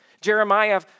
Jeremiah